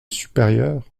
supérieur